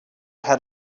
had